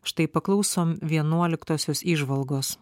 štai paklausom vienuoliktosios įžvalgos